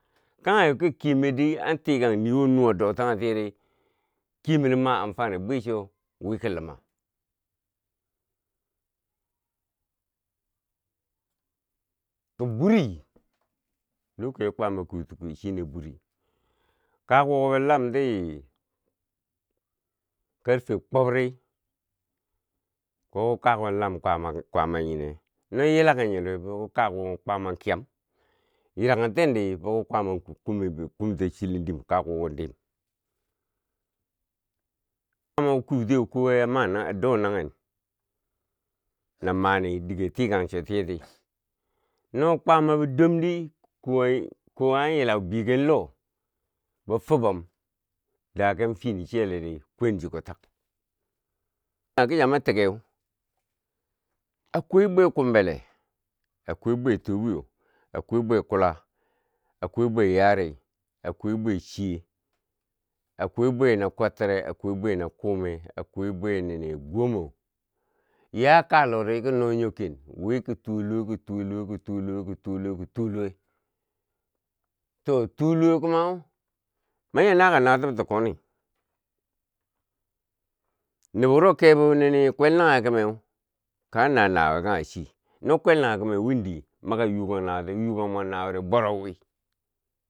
Kanghe ki kemetdi am tikan niwo nuwa do taghe tiyeri kemero ma amfani bwi cho wiki luma kiburi loko chiyo kwaama kwiuti kwiyeu shine bwiri kawbo bwolamti karfe kwob ri ko kwawo lam kwaama nyine noyi la ken nyori bwoki ka kwaama kyam, yiraken tendi bwoki kume, kumta chiledim kakuko dim kwama kwiutiyeu kowa yaa do naghen na mani dighe a tikan cho tiye ti, no kwama bo dom di kowa an yilau begen loh, bwo fubom daken fi nin cheliri kwen chuko tak na ki chan ma ti keu akwai bwe kumbile, akwai bwe tobwiyo akwai bwe kula, akwa bwe yari, akwai bwe chiye, akwai bwe na kwatire, akwai bwe na kume, akwai bwe nini gwomo, ya kalori kino nyo ken, wi ki tuluwe, kituluwe, kituluwe kituluwe, kituluwe, to tu luwe kuma manya nakan na tubti koni, nobo wuro ke bonini kwelnaghe kumeu kan nawiye kanghe chi no kwelnanghe kume windi mani ka yuwo kan nawi ye ti, no kon yokan nawi yeri bwaro wi.